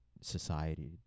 society